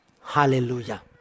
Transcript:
Hallelujah